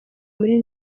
muri